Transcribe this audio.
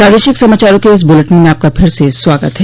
प्रादेशिक समाचारों के इस बुलेटिन में आपका फिर से स्वागत है